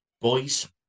boys